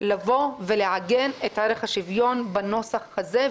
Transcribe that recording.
לעגן את ערך השוויון בנוסח הזה.